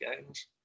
games